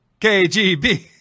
KGB